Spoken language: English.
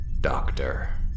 doctor